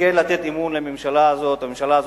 את